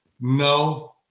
No